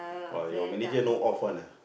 or your manager no off one ah